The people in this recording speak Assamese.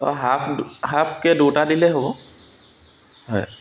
অঁ হাফ হাফকৈ দুটা দিলেই হ'ব হয়